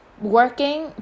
working